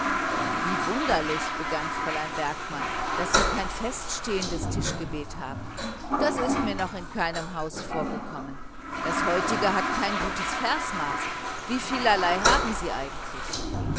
wie wunderlich begann fräulein bergmann daß sie nicht ein feststehendes tischgebet haben das ist mir noch in keinem haus vorgekommen das heutige hat kein gutes versmaß wie vielerlei haben sie eigentlich